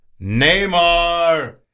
Neymar